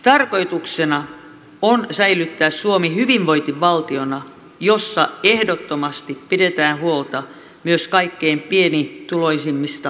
tarkoituksena on säilyttää suomi hyvinvointivaltiona jossa ehdottomasti pidetään huolta myös kaikkein pienituloisimmista ja heikoimmista